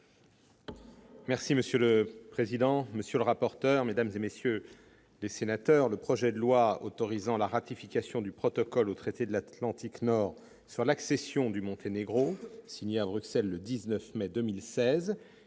Monsieur le président, monsieur le rapporteur, mesdames, messieurs les sénateurs, le projet de loi autorisant la ratification du protocole au traité de l'Atlantique Nord sur l'accession du Monténégro, signé à Bruxelles le 19 mai 2016,